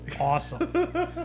Awesome